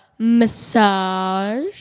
Massage